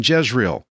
Jezreel